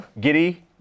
Giddy